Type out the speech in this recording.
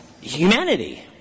Humanity